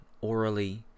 orally